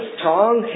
Strong